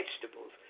vegetables